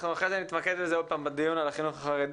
אנחנו אחרי זה נתמקד בזה עוד פעם בדיון על החינוך החרדי.